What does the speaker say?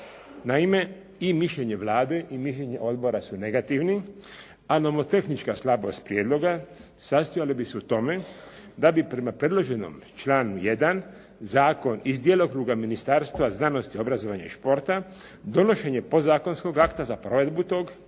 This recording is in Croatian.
Naime, i mišljenje Vlade i mišljenje odbora su negativni, a nomotehnička slabost prijedloga sastojala bi se u tome da bi prema predloženom članu 1. zakon iz djelokruga Ministarstva znanosti, obrazovanja i športa donošenje podzakonskog akta za provedbu tog